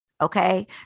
Okay